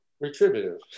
retributive